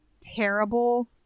terrible